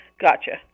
Gotcha